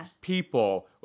people